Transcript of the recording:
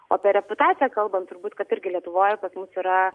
o apie reputaciją kalbant turbūt kad irgi lietuvoje pas mus yra